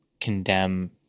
condemn